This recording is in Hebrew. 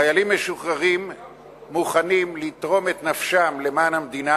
חיילים משוחררים מוכנים לתרום את נפשם למען המדינה,